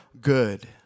good